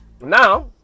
Now